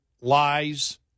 lies